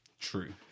True